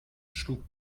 schlug